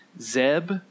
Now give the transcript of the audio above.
zeb